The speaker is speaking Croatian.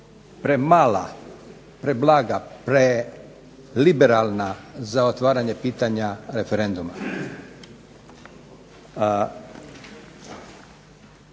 premala, preblaga, preliberalna za otvaranje pitanja referenduma.